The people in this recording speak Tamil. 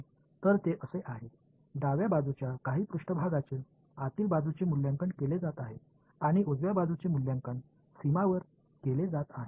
சில மேற்பரப்பு இடது புறம் உள்ளே மதிப்பீடு செய்யப்படுகிறது மற்றும் வலது புறம் எல்லையில் மதிப்பீடு செய்யப்படுகிறது இது ஒரு கண்டியூர் ஒருங்கிணைப்பு